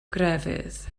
grefydd